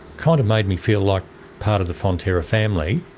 kind of made me feel like part of the fonterra family.